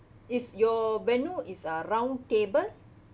is your venue is uh round table